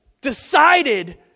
decided